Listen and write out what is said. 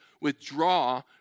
withdraw